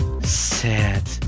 SAD